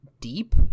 deep